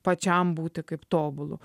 pačiam būti kaip tobulu